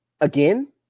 Again